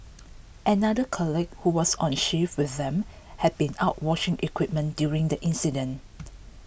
another colleague who was on shift with them had been out washing equipment during the incident